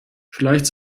vielleicht